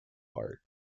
art